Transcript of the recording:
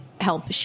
help